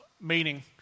meaning